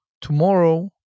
tomorrow